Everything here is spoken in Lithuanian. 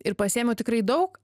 ir pasiėmiau tikrai daug